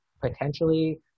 potentially